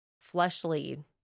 fleshly